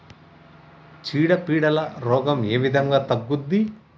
చీడ పీడల రోగం ఏ విధంగా తగ్గుద్ది?